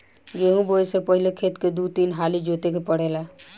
गेंहू बोऐ से पहिले खेत के दू तीन हाली जोते के पड़ेला